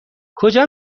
کجا